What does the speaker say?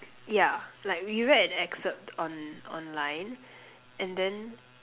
ya like we read an excerpt on online and then